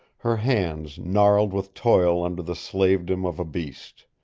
her hands gnarled with toil under the slavedom of a beast.